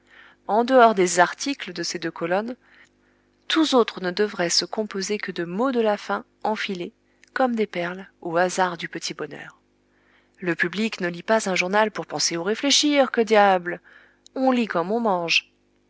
en dehors des articles de ces deux colonnes tous autres ne devraient se composer que de mots de la fin enfilés comme des perles au hasard du petit bonheur le public ne lit pas un journal pour penser ou réfléchir que diable on lit comme on mange